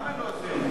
למה לא עשינו כלום?